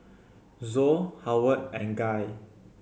Zoe Howard and Guy